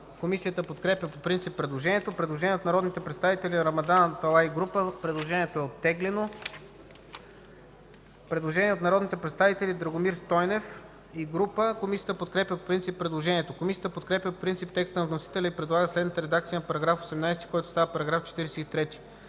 Комисията подкрепя предложението. Предложение от народния представител Рамадан Аталай и група. Предложението беше оттеглено. Предложение от народния представител Драгомир Стойнев и група. Оттеглено е предложението. Комисията подкрепя по принцип текста на вносителя и предлага следната редакция на § 16, който става § 39: „§ 39.